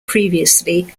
previously